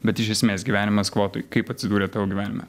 bet iš esmės gyvenimas skvotoj kaip atsidūrė tavo gyvenime